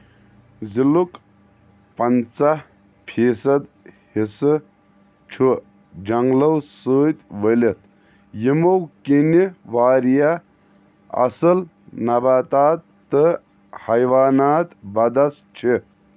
ضلعُک پنٛژاہ فیٖصد حصہٕ چھُ جنٛگلو سۭتۍ ؤلِتھ، یِمو٘ كِنہِ واریاہ اصل نباتات تہٕ حیوانات بدس چھِ